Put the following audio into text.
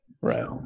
Right